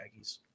Aggies